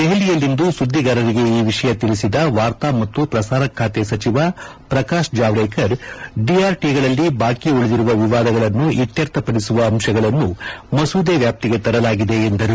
ದೆಹಲಿಯಲ್ಲಿಂದು ಸುದ್ದಿಗಾರರಿಗೆ ಈ ವಿಷಯ ತಿಳಿಸಿದ ವಾರ್ತಾ ಮತ್ತು ಪ್ರಸಾರ ಖಾತೆ ಸಚಿವ ಪ್ರಕಾಶ್ ಜಾವಡೇಕರ್ ಡಿಆರ್ಟಗಳಲ್ಲಿ ಬಾಕಿ ಉಳಿದಿರುವ ವಿವಾದಗಳನ್ನು ಇತ್ಕರ್ಥಪಡಿಸುವ ಅಂಶಗಳನ್ನು ಮಸೂದೆ ವ್ಯಾಪ್ತಿಗೆ ತರಲಾಗಿದೆ ಎಂದರು